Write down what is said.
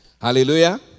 Hallelujah